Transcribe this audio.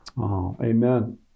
Amen